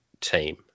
team